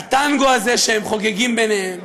הטנגו הזה שהם חוגגים ביניהם?